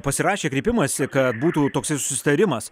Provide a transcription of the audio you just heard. pasirašė kreipimąsi kad būtų toksai susitarimas